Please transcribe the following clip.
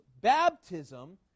baptism